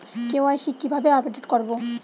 KYC কিভাবে update করব?